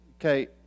okay